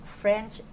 French